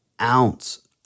ounce